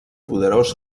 poderós